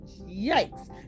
yikes